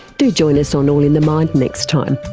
do join us on all in the mind next time.